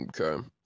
okay